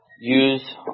Use